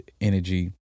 energy